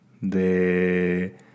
de